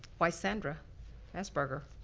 why sandra esberger,